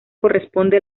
corresponde